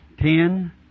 ten